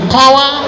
power